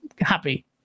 happy